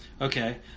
Okay